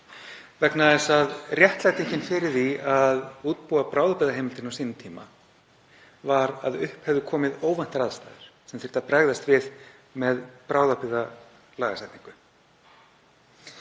vegna þess að réttlætingin fyrir því að útbúa bráðabirgðaheimildina á sínum tíma var sú að upp hefðu komið óvæntar aðstæður sem þyrfti að bregðast við með bráðabirgðalagasetningu.